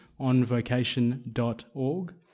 onvocation.org